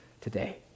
today